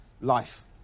life